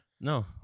No